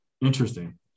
Interesting